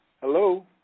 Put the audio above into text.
Hello